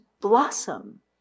blossom